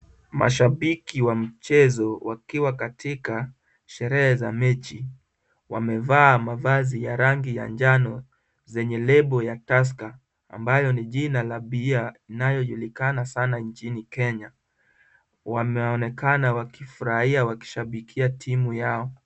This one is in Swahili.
Mashabiki wa mchezo wakiwa katika sherehe za mechi. Wamevaa mavazi ya rangi ya njano, zenye lebo ya Tusker ambayo ni jina la beer inayojulikana sana nchini Kenya. Wanaonekana wakifurahia wakishabikia timu yao.